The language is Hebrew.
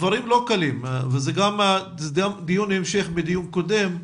שמענו דברים לא קלים, וזה דיון המשך מדיון קודם.